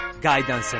Guidance